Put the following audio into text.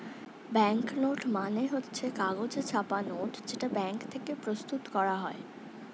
bank note মানে হচ্ছে কাগজে ছাপা নোট যেটা ব্যাঙ্ক থেকে প্রস্তুত করা হয়